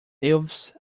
elves